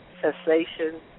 Cessation